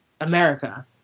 America